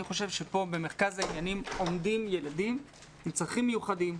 אני חושב שפה במרכז העניינים עומדים ילדים עם צרכים מיוחדים,